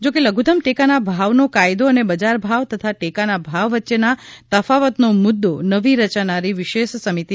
જોકે લધુત્તમ ટેકાના ભાવનો કાયદો અને બજાર ભાવ તથા ટેકાના ભાવ વચ્ચેના તફાવતનો મુદ્દો નવી રચાનારી વિશેષ સમિતિને સોંપવામાં આવશે